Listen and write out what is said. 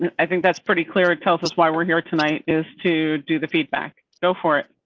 um i think that's pretty clear. it tells us why we're here tonight is to do the feedback go for it.